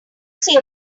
say